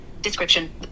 Description